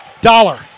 Dollar